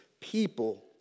people